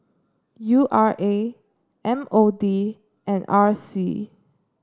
U R A M O D and R C